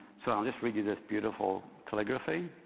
so i'll just read you this beautiful calligraphy,